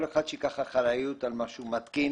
כל אחד שייקח אחריות באופן מלא על מה שהוא מתקין.